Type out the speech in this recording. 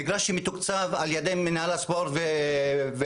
מגרש שמתוקצב על ידי מינהל הספורט והטוטו,